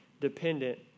dependent